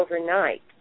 overnight